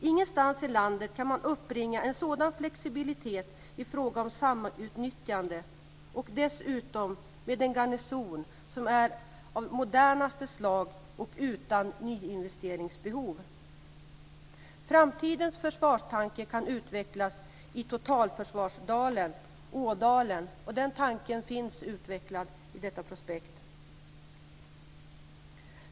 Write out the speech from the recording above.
Ingenstans i landet kan man uppbringa en sådan flexibilitet i fråga om samutnyttjande - dessutom med en garnison som är av modernaste slag och utan nyinvesteringsbehov. Framtidens försvarstanke kan utvecklas i totalförsvarsdalen - Ådalen. Den tanken finns utvecklad i det prospekt som jag står och håller i.